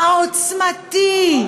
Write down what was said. העוצמתי,